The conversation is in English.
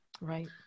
Right